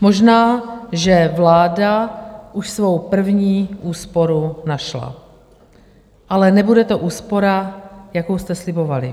Možná že vláda už svou první úsporu našla, ale nebude to úspora, jakou jste slibovali.